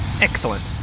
Excellent